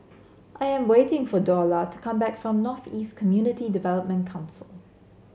I am waiting for Dorla to come back from North East Community Development Council